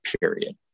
period